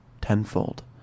tenfold